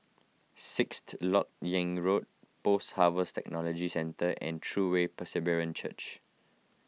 Sixth Lok Yang Road Post Harvest Technology Centre and True Way Presbyterian Church